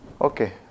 Okay